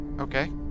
Okay